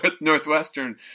Northwestern